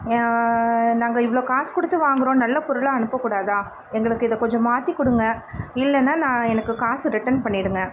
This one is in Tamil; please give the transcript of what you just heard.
எ நாங்கள் இவ்வளோ காசு கொடுத்து வாங்குகிறோம் நல்ல பொருளாக அனுப்ப கூடாதா எங்களுக்கு இதை கொஞ்சம் மாற்றி கொடுங்க இல்லைன்னா நான் எனக்கு காசு ரிட்டன் பண்ணிடுங்கள்